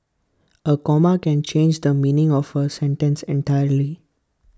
A comma can change the meaning of A sentence entirely